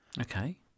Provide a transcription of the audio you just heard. Okay